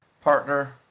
partner